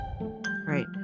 right